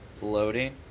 loading